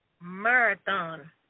Marathon